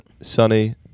sunny